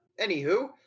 Anywho